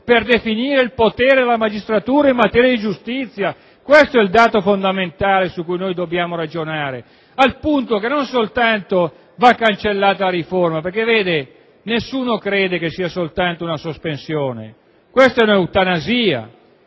per definire il potere della magistratura in materia di giustizia. Questo è il punto fondamentale su cui dobbiamo ragionare. Dunque va cancellata la riforma, perché nessuno crede che si tratti soltanto di una sospensione: questa è un'eutanasia!